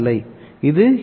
இது என்ன உள்ளீடு